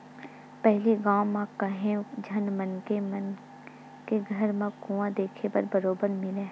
पहिली गाँव म काहेव झन मनखे मन के घर म कुँआ देखे बर बरोबर मिलय